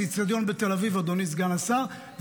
זה אצטדיון בתל אביב, אדוני סגן השרה.